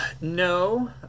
No